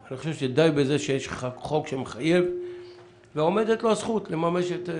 אני חושב שדי בזה שיש חוק שמחייב ועומדת לו הזכות לממש.